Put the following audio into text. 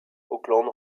oakland